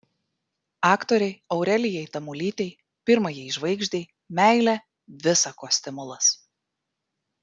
aktorei aurelijai tamulytei pirmajai žvaigždei meilė visa ko stimulas